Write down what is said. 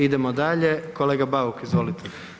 Idemo dalje, kolega Bauk izvolite.